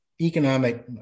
economic